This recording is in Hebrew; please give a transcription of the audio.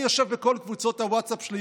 אני יושב בכל קבוצות הווטסאפ שלי,